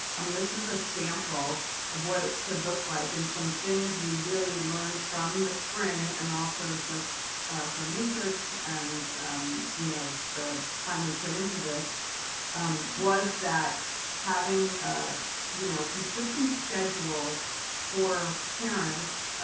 um this is a sample of what it could look like. and some things we really learned from the spring and also just from research and you know the time we put into this was that having a you know consistent schedule for parents.